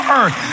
earth